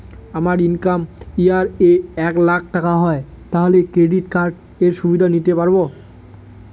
আমার income year এ এক লাক টাকা হয় তাহলে ক্রেডিট কার্ড এর সুবিধা নিতে পারবো?